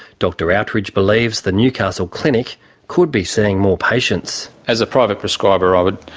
dr outridge believes the newcastle clinic could be seeing more patients. as a private prescriber, i would,